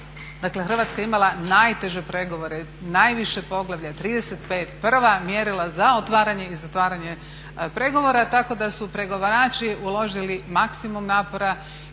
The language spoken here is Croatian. Dakle, Hrvatska je imala najteže pregovore, najviše poglavlja 35. Prva mjerila za otvaranje i zatvaranje pregovora tako da su pregovarači uložili maksimum napora.